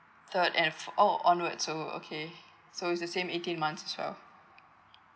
third and f~ oh onwards so okay so it's a same eighteen months as well